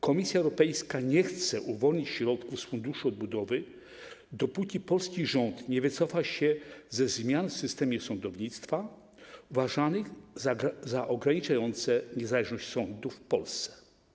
Komisja Europejska nie chce uwolnić środków z Funduszu Odbudowy, dopóki polski rząd nie wycofa się ze zmian w systemie sądownictwa uważanych za ograniczające niezależność sądów w Polsce.